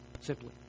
simply